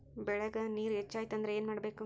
ಬೆಳೇಗ್ ನೇರ ಹೆಚ್ಚಾಯ್ತು ಅಂದ್ರೆ ಏನು ಮಾಡಬೇಕು?